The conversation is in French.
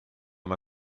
m’a